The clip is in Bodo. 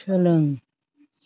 सोलों